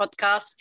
podcast